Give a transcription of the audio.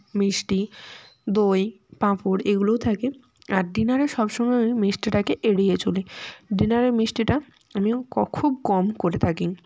মিষ্টি দই পাঁপড় এইগুলোও থাকে আর ডিনারে সব সময় মিষ্টিটাকে এড়িয়ে চলি ডিনারে মিষ্টিটা আমিও খুব কম করে থাকি